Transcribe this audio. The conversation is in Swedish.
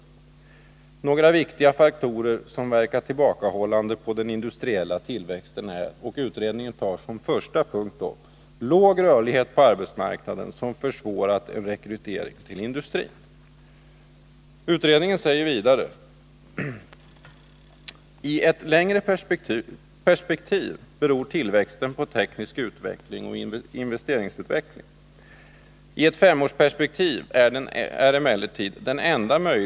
Bland några viktiga faktorer som verkat tillbakahållande på den industriella tillväxten nämner utredningen som första punkt låg rörlighet på arbetsmarknaden, som försvårat en rekrytering till industrin. Utredningen säger vidare: I ett längre perspektiv beror tillväxten på teknisk utveckling och investeringsutveckling.